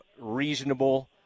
reasonable